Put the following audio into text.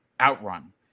Outrun